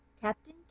Captain